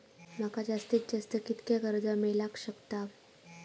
माका जास्तीत जास्त कितक्या कर्ज मेलाक शकता?